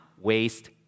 waste